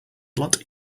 lot